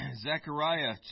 Zechariah